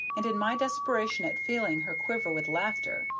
and in my desperation at feeling her quiver with laughter,